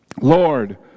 Lord